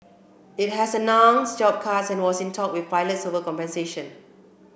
it has announced job cuts and was in talks with pilots over compensation